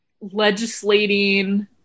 legislating